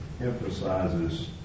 emphasizes